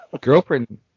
girlfriend